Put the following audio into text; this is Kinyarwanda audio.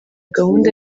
gahunda